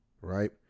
right